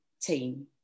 team